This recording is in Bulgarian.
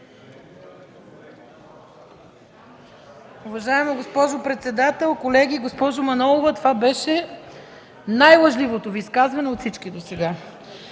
Уважаема госпожо председател, колеги! Госпожо Манолова, това беше най-лъжливото Ви изказване от всички досега.